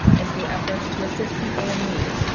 and through efforts to assist people in need,